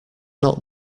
not